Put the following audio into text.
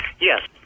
Yes